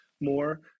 more